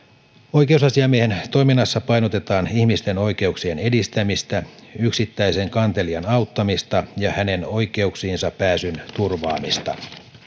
oikeusasiamiehen toiminnassa painotetaan ihmisten oikeuksien edistämistä yksittäisen kantelijan auttamista ja hänen oikeuksiinsa pääsyn turvaamista